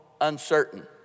uncertain